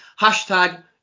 hashtag